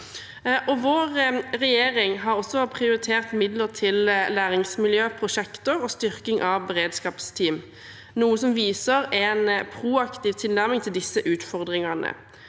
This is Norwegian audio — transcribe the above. Vår regjering har også prioritert midler til læringsmiljøprosjekter og styrking av beredskapsteam, noe som viser en proaktiv tilnærming til disse utfordringene.